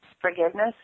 forgiveness